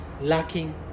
Lacking